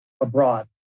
abroad